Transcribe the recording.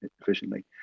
efficiently